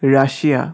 Russia